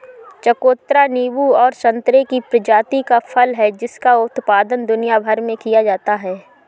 चकोतरा नींबू और संतरे की प्रजाति का फल है जिसका उत्पादन दुनिया भर में किया जाता है